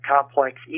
complex